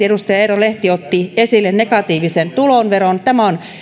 edustaja eero lehti otti esille negatiivisen tuloveron tämä on